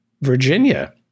Virginia